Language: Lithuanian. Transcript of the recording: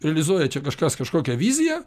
realizuoja čia kažkas kažkokią viziją